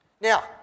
now